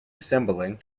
assembling